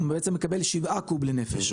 הוא בעצם מקבל 7 קוב לנפש,